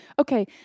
Okay